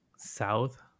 south